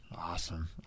Awesome